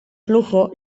flujo